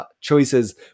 choices